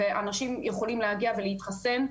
ואנשים יכולים להגיע ולהתחסן,